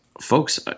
folks